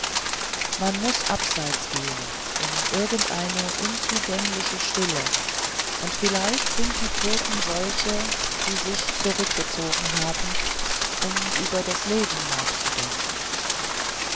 man muß abseits gehen in irgend eine unzugängliche stille und vielleicht sind die toten solche die sich zurückgezogen haben um über das leben nachzudenken